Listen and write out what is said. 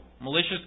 malicious